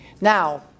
Now